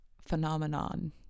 phenomenon